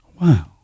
Wow